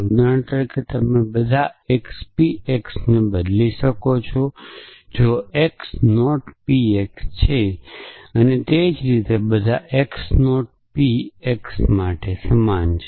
ઉદાહરણ તરીકે તમે બધા x p x ને બદલી શકો છો જો x નોટ p x છે અને તે જ રીતે બધા x નોટ p x માટે સમાન છે